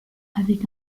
avec